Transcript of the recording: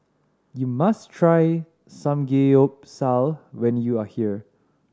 you must try Samgeyopsal when you are here